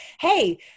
hey